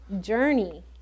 journey